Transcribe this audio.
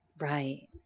Right